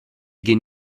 gehen